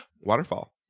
waterfall